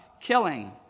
killing